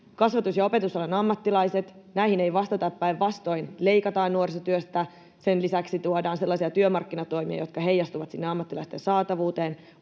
kasvatus- ja opetusalan ammattilaiset, näihin ei vastata, päinvastoin leikataan nuorisotyöstä. Sen lisäksi tuodaan sellaisia työmarkkinatoimia, jotka heijastuvat sinne ammattilaisten saatavuuteen.